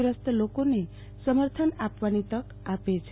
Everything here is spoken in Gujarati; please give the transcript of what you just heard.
ગ્રસ્ત લોકોને સમર્થન આપવાની તક આપે છે